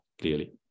Clearly